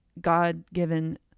god-given